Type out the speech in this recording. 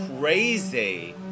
crazy